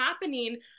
happening